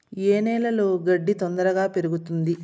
ఏ నేలలో గడ్డి తొందరగా పెరుగుతుంది